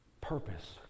Purpose